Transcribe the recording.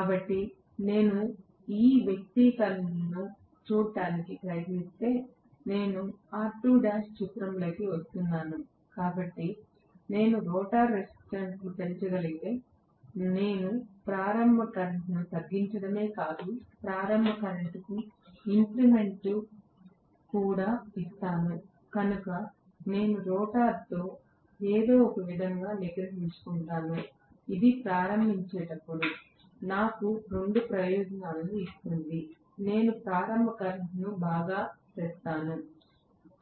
కాబట్టి నేను ఈ వ్యక్తీకరణను చూడటానికి ప్రయత్నిస్తే నేను R2l చిత్రంలోకి వస్తున్నాను కాబట్టి నేను రోటర్ రెసిస్టెన్స్ ను పెంచగలిగితే నేను ప్రారంభ కరెంట్ను తగ్గించడమే కాదు ప్రారంభ టార్క్కు ఇంక్రిమెంట్ కూడా ఇస్తాను కనుక నేను రోటర్తో ఏదో ఒకవిధంగా నిగ్రహించుకుంటాను అది ప్రారంభించేటప్పుడు నాకు రెండు ప్రయోజనాలను ఇస్తుంది నేను ప్రారంభ కరెంట్ను బాగా తెస్తాను